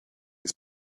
his